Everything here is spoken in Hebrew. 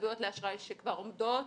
בהתחייבויות לאשראי שכבר עומדות